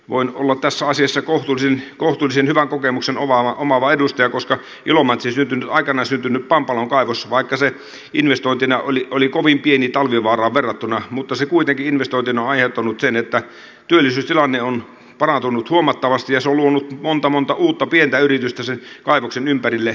voin olla tässä asiassa kohtuullisen hyvän kokemuksen omaava edustaja koska ilomantsiin aikaan syntynyt pampalon kaivos vaikka se investointina oli kovin pieni talvivaaraan verrattuna investointina on aiheuttanut sen että työllisyystilanne on parantunut huomattavasti ja se on luonut monta monta uutta pientä yritystä sen kaivoksen ympärille